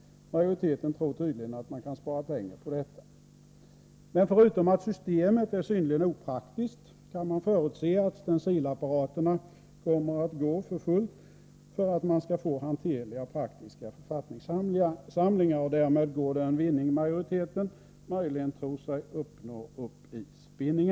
Majoriteten tror tydligen att man kan spara pengar på detta. Förutom att systemet är synnerligen opraktiskt, kan man förutse att stencilapparaterna kommer att gå för fullt för att man skall få hanterliga och praktiska författningssamlingar. Därmed går den vinning upp i spinningen som majoriteten tror sig nå.